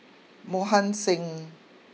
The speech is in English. Mohan Singh